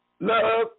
love